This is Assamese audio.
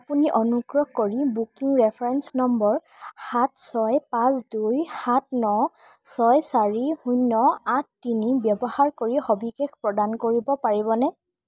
আপুনি অনুগ্ৰহ কৰি বুকিং ৰেফাৰেন্স নম্বৰ সাত ছয় পাঁচ দুই সাত ন ছয় চাৰি শূন্য আঠ তিনি ব্যৱহাৰ কৰি সবিশেষ প্ৰদান কৰিব পাৰিবনে